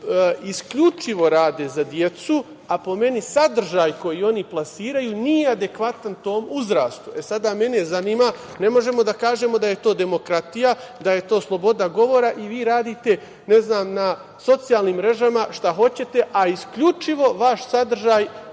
isključivo rade za decu, a po meni sadržaj koji oni plasiraju nije adekvatan tom uzrastu. E, sada mene zanima, ne možemo da kažemo da je to demokratija, da je to sloboda govora i vi radite, ne znam, na socijalnim mrežama šta hoćete, a isključivo vaš sadržaj